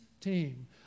team